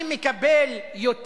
ראיות.